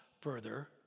further